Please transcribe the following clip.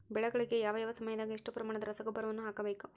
ಬೆಳೆಗಳಿಗೆ ಯಾವ ಯಾವ ಸಮಯದಾಗ ಎಷ್ಟು ಪ್ರಮಾಣದ ರಸಗೊಬ್ಬರವನ್ನು ಹಾಕಬೇಕು?